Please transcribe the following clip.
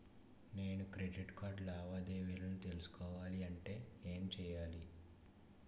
నేను చేసిన credit card లావాదేవీలను తెలుసుకోవాలంటే ఏం చేయాలి?